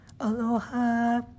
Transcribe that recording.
Aloha